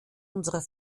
unsere